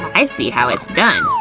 i see how it's done!